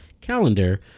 calendar